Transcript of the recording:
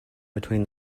between